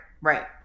Right